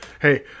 hey